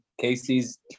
Casey's